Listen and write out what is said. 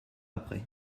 après